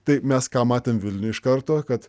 tai mes ką matėm vilniuj iš karto kad